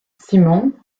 simmons